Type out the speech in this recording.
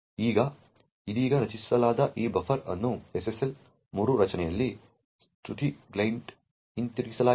ಈಗ ಇದೀಗ ರಚಿಸಲಾದ ಈ ಬಫರ್ ಅನ್ನು SSL 3 ರಚನೆಯಲ್ಲಿ ಸುತ್ತಿ ಕ್ಲೈಂಟ್ಗೆ ಹಿಂತಿರುಗಿಸಲಾಗಿದೆ